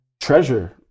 treasure